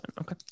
Okay